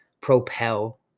Propel